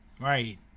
Right